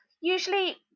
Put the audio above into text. usually